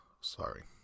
sorry